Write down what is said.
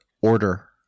order